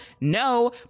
no